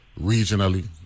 regionally